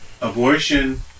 abortion